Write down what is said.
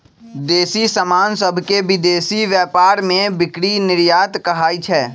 देसी समान सभके विदेशी व्यापार में बिक्री निर्यात कहाइ छै